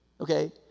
Okay